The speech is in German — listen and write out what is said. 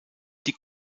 die